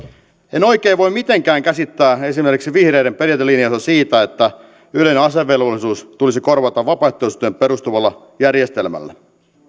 en oikein voi mitenkään käsittää esimerkiksi vihreiden periaatelinjausta siitä että yleinen asevelvollisuus tulisi korvata vapaaehtoistyöhön perustuvalla järjestelmällä